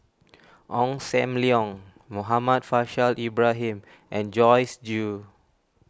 Ong Sam Leong Muhammad Faishal Ibrahim and Joyce Jue